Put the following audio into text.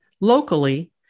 locally